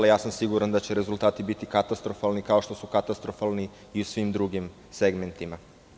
Siguran sam da će rezultati biti katastrofalni, kao što su katastrofalni i u svim drugim segmentima.